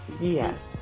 Yes